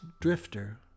drifter